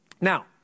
Now